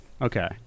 Okay